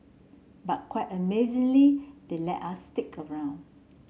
but quite amazingly they let us stick around